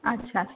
अच्छा अच्छा